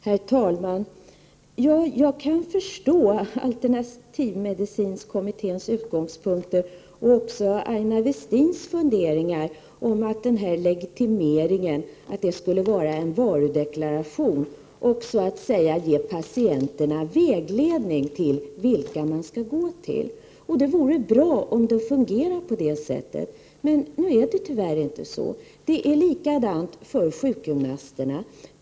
Herr talman! Jag kan förstå alternativmedicinkommitténs utgångspunkter och också Aina Westins funderingar om att legitimering skulle vara en varudeklaration och så att säga ge patienterna vägledning när det gäller att avgöra vilka man skall gå till. Det vore bra om det fungerade på det sättet. Men nu är det tyvärr inte så. Det är likadant för sjukgymnasterna.